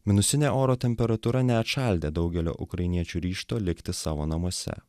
minusinė oro temperatūra neatšaldė daugelio ukrainiečių ryžto likti savo namuose